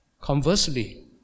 conversely